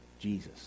Jesus